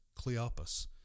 Cleopas